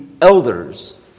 elders